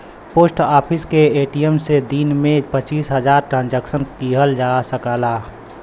post office के ATM से दिन में पचीस हजार ट्रांसक्शन किहल जा सकला